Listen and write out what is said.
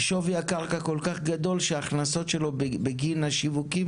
שווי הקרקע כל כך גדול שההכנסות שלו בגין השיווקים